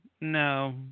no